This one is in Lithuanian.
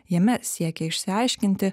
jame siekė išsiaiškinti